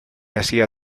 hacía